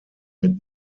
mit